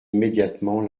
immédiatement